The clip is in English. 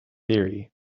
theory